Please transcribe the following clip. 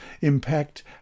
impact